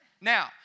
Now